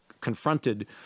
confronted